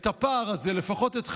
את הפער הזה, לפחות את חלקו,